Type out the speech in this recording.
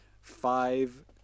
five